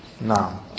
Now